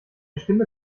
stimme